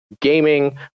gaming